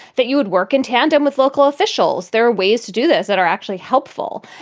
that you would work in tandem with local officials, there are ways to do this that are actually helpful.